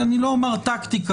אני לא אומר טקטיקה,